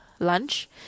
Lunch